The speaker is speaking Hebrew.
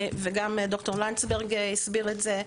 וגם ד"ר לנדסברגר הסביר את זה,